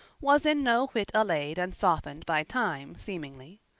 was in no whit allayed and softened by time seemingly.